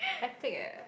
epic eh